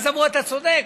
אז אמרו: אתה צודק.